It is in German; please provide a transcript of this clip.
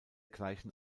gleichen